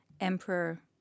Emperor